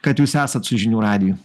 kad jūs esat su žinių radiju